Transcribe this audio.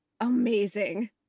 amazing